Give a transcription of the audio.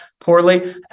poorly